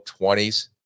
20s